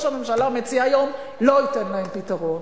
הממשלה מציע היום לא ייתן להם פתרון.